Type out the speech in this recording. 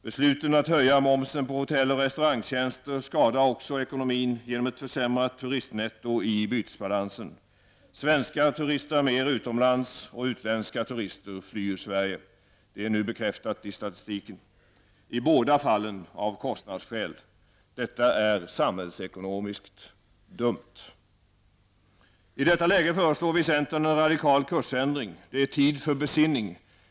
Beslutet att höja momsen på hotell och restaurangtjänster skadar också ekonomin genom ett försämrat turistnetto i bytesbalansen. Svenskar turistar mer utomlands och utländska turister flyr Sverige, vilket nu har bekräftats av statistiken. I båda fallen är det av kostnadsskäl. Detta är samhällsekonomiskt dumt. I detta läge föreslår vi i centern en radikal kursändring. Det är tid för besinning.